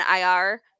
IR